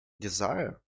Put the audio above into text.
desire